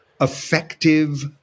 effective